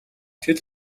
тэд